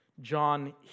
John